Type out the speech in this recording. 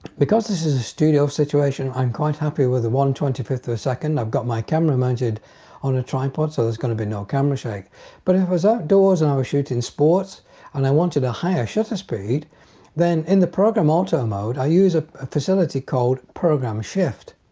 because this is a studio situation i'm quite happy with one twenty fifth of a second. i've got my mounted on a tripod so there's gonna be no camera shake but it was outdoors and i was shooting sports and i wanted a higher shutter speed then in the program auto mode i use a a facility called program shift.